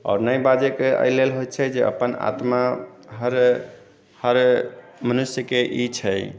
आओर नहि बाजयके एहिलेल होइ छै जे अपन आत्मा हर हर मनुष्यके ई छै